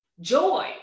Joy